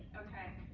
ok?